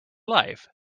life